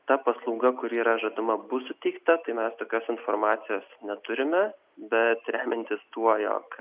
ta paslauga kuri yra žadama bus suteikta tai mes tokios informacijos neturime bet remiantis tuo jog